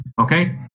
okay